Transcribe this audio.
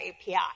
API